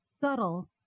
subtle